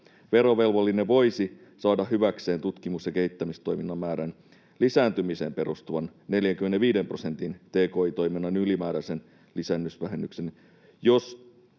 Verovelvollinen voisi saada hyväkseen tutkimus‑ ja kehittämistoiminnan määrän lisääntymiseen perustuvan 45 prosentin tki-toiminnan ylimääräisen lisävähennyksen, jos